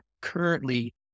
currently